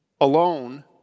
Alone